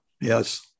Yes